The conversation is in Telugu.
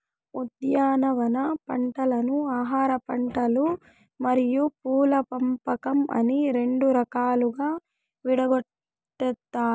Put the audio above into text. ఉద్యానవన పంటలను ఆహారపంటలు మరియు పూల పంపకం అని రెండు రకాలుగా విడగొట్టారు